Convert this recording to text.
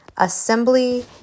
Assembly